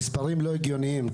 המספרים לא הגיוניים.